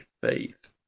faith